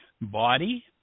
body